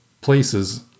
places